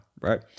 Right